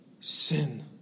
sin